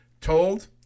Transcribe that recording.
told